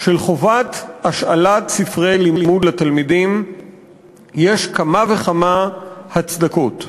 של חובת השאלת ספרי לימוד לתלמידים יש כמה וכמה הצדקות.